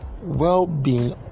well-being